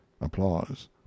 Applause